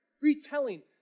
retelling